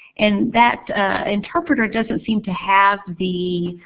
and that interpreter doesn't seem to have the